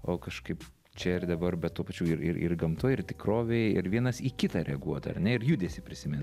o kažkaip čia ir dabar bet tuo pačiu ir ir gamtoj ir tikrovėj ir vienas į kitą reaguot ar ne ir judesį prisimint